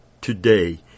today